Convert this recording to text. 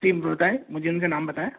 जी बताएं मुझे इनका नाम बताएं